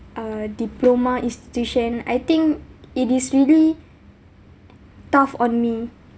uh diploma institution I think it is really tough on me